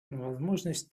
возможность